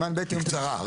בקצרה.